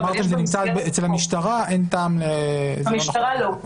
אצל המשטרה אין טעם -- במשטרה לא.